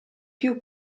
più